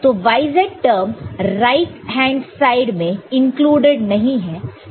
तो yz term right hand side में included नहीं है